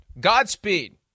Godspeed